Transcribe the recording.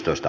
asia